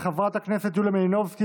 של חברי הכנסת יוליה מלינובסקי,